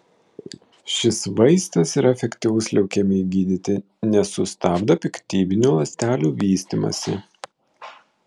šis vaistas yra efektyvus leukemijai gydyti nes sustabdo piktybinių ląstelių vystymąsi